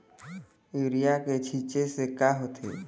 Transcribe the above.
Urea के छींचे से का होथे?